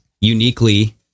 uniquely